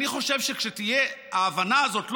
אני חושב שכשתהיה ההבנה הזאת,